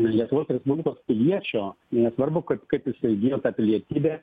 ir lietuvos respublikos piliečio nesvarbu kaip kaip jisai įgijo tą pilietybę